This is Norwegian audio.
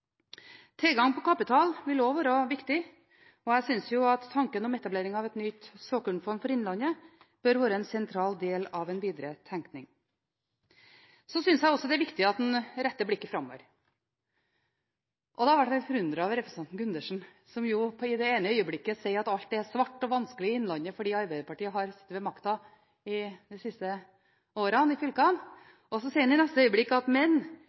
Tilgang på kapital vil også være viktig, og jeg synes at tanken om etablering av et nytt såkornfond for Innlandet bør være en sentral del av en videre tenkning. Jeg synes også det er viktig at en retter blikket framover, og da blir jeg litt forundret over representanten Gundersen som i det ene øyeblikket sier at alt er svart og vanskelig i Innlandet fordi Arbeiderpartiet har sittet med makten i fylkene de siste årene, for så i det neste øyeblikket å si at i